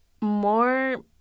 more